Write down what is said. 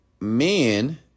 men